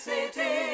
City